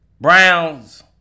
Brown's